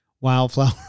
wildflower